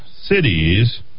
cities